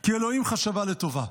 כי 'אלוהים חשבה לטובה'".